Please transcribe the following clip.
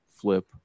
Flip